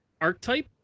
archetype